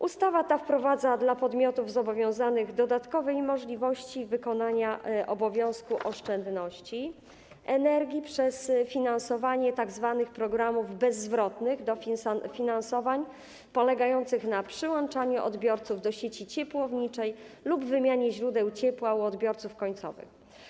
Ustawa ta wprowadza dla podmiotów zobowiązanych dodatkowe możliwości wykonania obowiązku oszczędności energii przez finansowanie tzw. programów bezzwrotnych dofinansowań, polegających na przyłączaniu odbiorców do sieci ciepłowniczej lub wymianie źródeł ciepła u odbiorców końcowych.